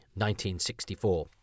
1964